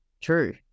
true